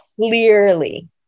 clearly